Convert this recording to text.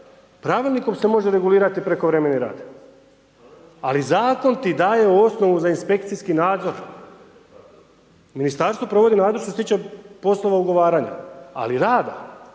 Pravilnikom se može regulirati prekovremeni rad. Ali zakon ti daje osnovu za inspekcijski nadzor. I u ministarstvu se provodi .../Govornik se ne razumije./...